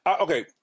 Okay